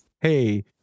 hey